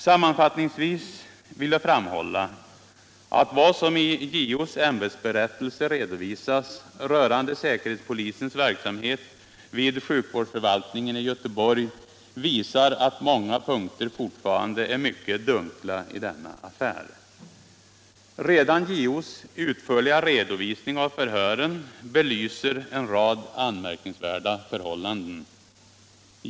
Sammaunfattningsvis vill jag framhålla att vad som i JO:s ämbetsberättelse redovisas rörande säkerhetspolisens verksamhet vid sjukvårdsförvaltningen i Göteborg visar att många punkter fortfarande är mycket dunkla i den här affären. Redan JO:s utförliga redovisning av förhören belyser en rad anmärkningsvärda förhållanden.